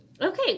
okay